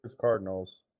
Cardinals